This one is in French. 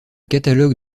catalogue